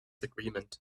agreement